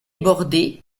bordé